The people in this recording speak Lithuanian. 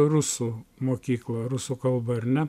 rusų mokyklą rusų kalba ar ne